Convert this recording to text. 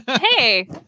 Hey